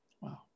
Wow